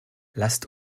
lasst